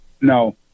no